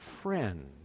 friend